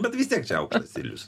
bet vis tiek čia aukštas stilius